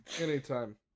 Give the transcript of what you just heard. anytime